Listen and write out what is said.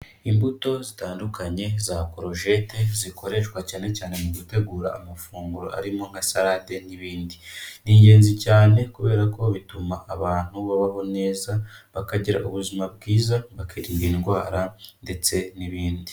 Imbuto zitandukanye za Korojete zikoreshwa cyane cyane mu gutegura amafunguro arimo nka salade n'ibindi. Ni ingenzi cyane kubera ko bituma abantu babaho neza, bakagira ubuzima bwiza, bakirinda indwara ndetse n'ibindi